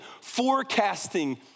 forecasting